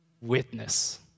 witness